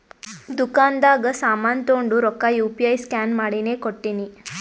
ದುಕಾಂದಾಗ್ ಸಾಮಾನ್ ತೊಂಡು ರೊಕ್ಕಾ ಯು ಪಿ ಐ ಸ್ಕ್ಯಾನ್ ಮಾಡಿನೇ ಕೊಟ್ಟಿನಿ